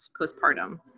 postpartum